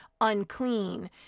Unclean